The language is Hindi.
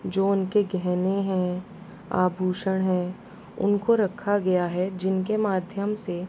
जो उनके गहने हैं आभूषण हैं उनको रखा गया है जिनके माध्यम से